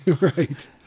right